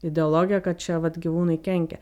ideologiją kad čia vat gyvūnai kenkia